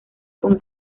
con